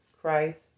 Christ